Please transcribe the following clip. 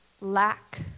lack